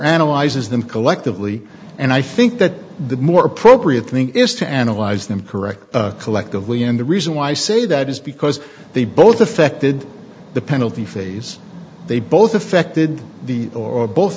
analyzes them collectively and i think that the more appropriate thing is to analyze them correct collectively and the reason why i say that is because they both affected the penalty phase they both affected the or both